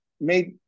made